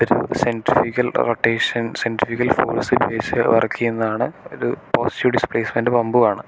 ഒരു centrifugal rotation centrifugal force base ചെയ്ത് work ചെയ്യുന്നതാണ് ഒരു പോസിറ്റീവ് ഡിസ്പ്ലേസ്മെൻറ് പമ്പുമാണ്